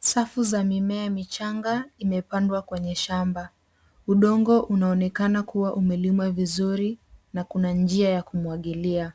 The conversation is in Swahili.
Safu za mimea michanga, imepandwa kwenye shamba. Udongo unaonekana kuwa umelima vizuri na kuna njia ya kumwagilia.